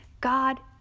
God